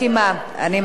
אני מסכימה.